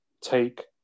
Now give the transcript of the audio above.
take